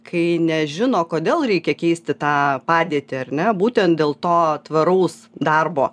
kai nežino kodėl reikia keisti tą padėtį ar ne būtent dėl to tvaraus darbo